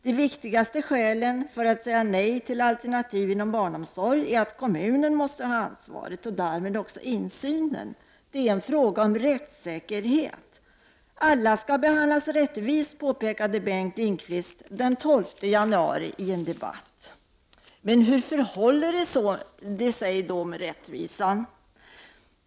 De viktigaste skälen för att säga nej till alternativ inom barnomsorgen är att kommunen måste ha ansvaret och därmed också insynen. Det är en fråga om rättssäkerhet. Alla skall behandlas rättvist, påpekade Bengt Lindqvist den 12 januari i en debatt. Men hur förhåller det sig då med rättvisan?